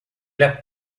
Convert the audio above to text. las